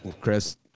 Chris